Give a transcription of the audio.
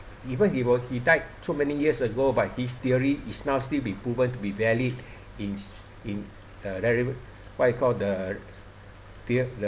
even he will he died so many years ago but his theory is now still be proven to be valid is in a very what you call the theory